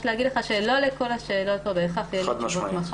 להגיד לך שלא לכל השאלות פה בהכרח יהיו לי תשובות עד מחר,